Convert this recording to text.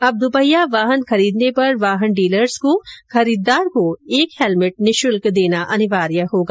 अब द्पहिया वाहन खरीदने पर वाहन डीलर्स को खरीददार को एक हैलमेट निःशुल्क देना अनिवार्य होगा